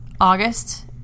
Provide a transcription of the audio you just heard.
August